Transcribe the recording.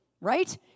right